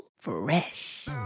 fresh